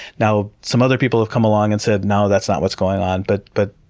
now, some other people have come along and said, no, that's not what's going on, but but